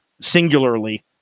singularly